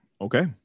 okay